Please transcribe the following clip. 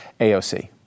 AOC